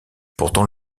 pourtant